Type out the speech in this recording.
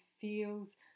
feels